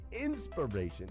inspiration